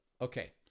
Okay